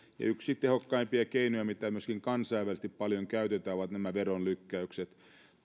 yksi tehokkaimpia keinoja mitä myöskin kansainvälisesti paljon käytetään ovat nämä veronlykkäykset